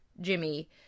Jimmy